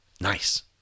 nice